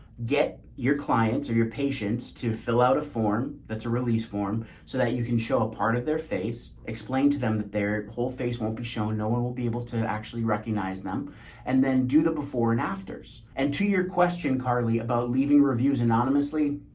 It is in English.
get your clients or your patients to fill out a form that's a release form so that you can show a part of their face explained to them that their whole face won't be shown. no one will be able to actually recognize them and then do the before and afters. and to your question, carly, about leaving reviews anonymously,